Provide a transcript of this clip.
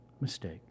mistake